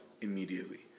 immediately